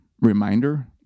reminder